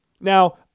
Now